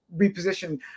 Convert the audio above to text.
reposition